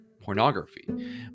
pornography